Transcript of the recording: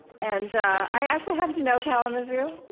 and i actually happen to know kalamazoo,